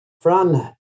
Fran